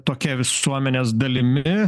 tokia visuomenės dalimi